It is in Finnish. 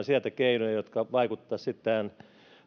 sieltä keinoja jotka vaikuttaisivat sitten